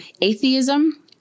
atheism